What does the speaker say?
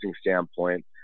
standpoint